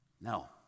No